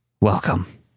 Welcome